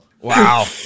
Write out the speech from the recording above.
Wow